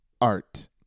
Art